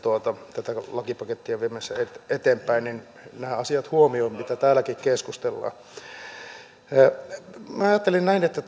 tätä lakipakettia viemässä eteenpäin hän nämä asiat huomioi mistä täälläkin keskustellaan minä ajattelen näin että